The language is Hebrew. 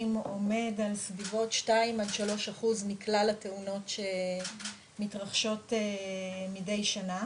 עומד על סביבות 2-3% מכלל התאונות שמתרחשות מדי שנה